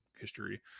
history